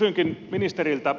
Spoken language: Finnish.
kysynkin ministeriltä